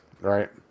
Right